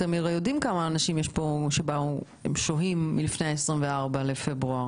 אתם הרי יודעים כמה אנשים שוהים מלפני ה-24 לפברואר.